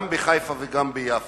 גם בחיפה וגם ביפו.